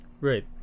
Right